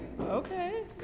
okay